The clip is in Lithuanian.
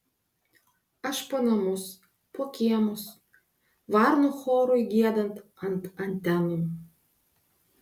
aš po namus po kiemus varnų chorui giedant ant antenų